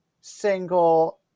single